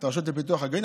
את הרשות לפיתוח הגליל,